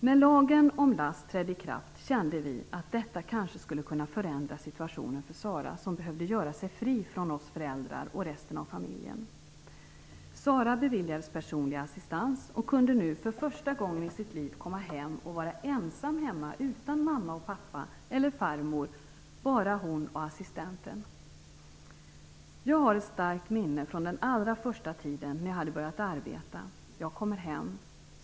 När LASS trädde i kraft kände vi att det kanske skulle kunna förändra situationen för Sara, som behövde göra sig fri från oss föräldrar och resten av familjen. Sara beviljades personlig assistans och kunde nu för första gången i sitt liv komma hem och vara ensam hemma utan mamma och pappa eller farmor, bara hon och assistenten. Jag har ett starkt minne från den allra första tiden när jag hade börjat arbeta. Jag kommer hem.